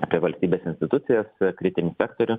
apie valstybės institucijas kritinį sektorių